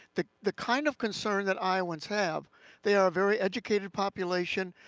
the the kind of concern that iowans have they are very educated population.